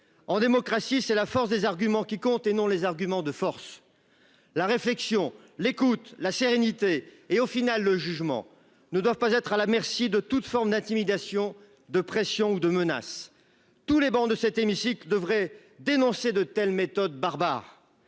En démocratie, c'est la force des arguments qui compte et non les arguments de force. La réflexion, l'écoute, la sérénité et au final, le jugement ne doivent pas être à la merci de toute forme d'intimidation, de pressions ou de menaces. Tous les bancs de cet hémicycle devrait dénoncer de telles méthodes barbares.